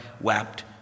wept